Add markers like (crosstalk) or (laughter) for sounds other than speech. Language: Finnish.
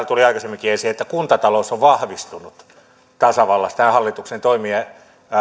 (unintelligible) tuli esiin että kuntatalous on vahvistunut tasavallassa tämän hallituksen toimien